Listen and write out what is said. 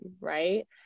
right